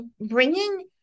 bringing